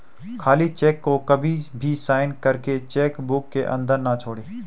खाली चेक को कभी भी साइन करके चेक बुक के अंदर न छोड़े